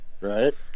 Right